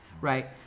right